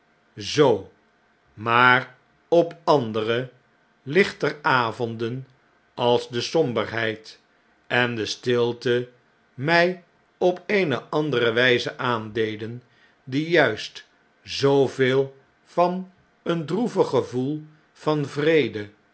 zoo maar op andere lichter avonden als de somberheid en de stilte mjj op eene andere wpe aandeden die juist zooveel van een droevig gevoel van vrede